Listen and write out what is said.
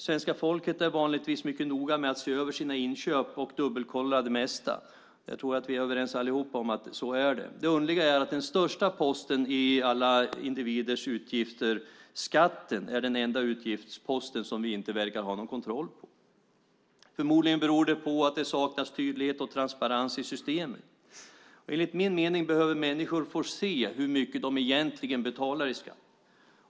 Svenska folket är vanligtvis mycket noga med att se över sina inköp och dubbelkolla det mesta. Jag tror att vi alla är överens om att det är så. Det underliga är att den största posten i alla individers utgifter, skatten, är den enda utgiftspost som vi inte verkar ha någon kontroll på. Det beror förmodligen på att det saknas tydlighet och transparens i systemet. Enligt min mening behöver människor få se hur mycket de egentligen betalar i skatt.